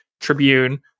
Tribune